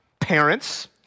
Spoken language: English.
Parents